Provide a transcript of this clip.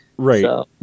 Right